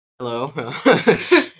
Hello